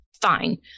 fine